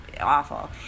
awful